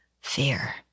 fear